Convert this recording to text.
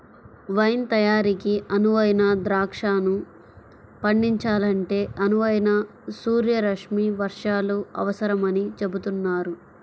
wine తయారీకి అనువైన ద్రాక్షను పండించాలంటే అనువైన సూర్యరశ్మి వర్షాలు అవసరమని చెబుతున్నారు